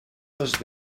les